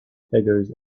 figures